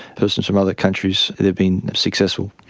persons from other countries, they've been successful.